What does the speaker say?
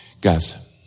Guys